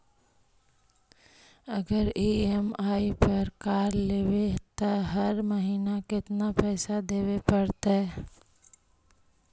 अगर ई.एम.आई पर कार लेबै त हर महिना केतना पैसा देबे पड़तै?